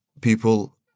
people